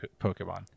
Pokemon